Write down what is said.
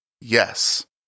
yes